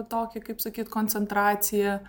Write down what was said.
tokį kaip sakyt koncentraciją